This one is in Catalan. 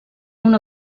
una